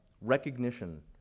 recognition